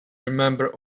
remember